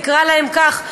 נקרא להם כך,